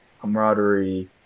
camaraderie